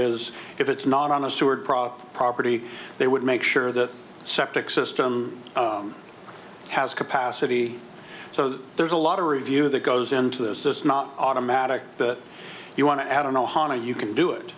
is if it's not on the sewer proper property they would make sure the septic system has capacity so there's a lot of review that goes into this is not automatic that you want to add on ohana you can do it